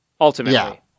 Ultimately